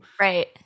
Right